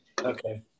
Okay